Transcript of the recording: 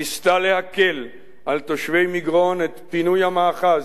ניסתה להקל על תושבי מגרון את פינוי המאחז,